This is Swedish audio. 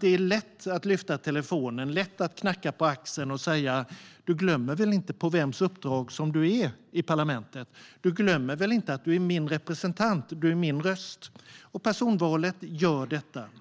Det ska vara lätt att lyfta telefonen och knacka på axeln och säga: Du glömmer väl inte på vems uppdrag som du är i parlamentet? Du glömmer väl inte att du är min representant? Du är min röst. Personvalet gör detta möjligt.